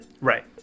Right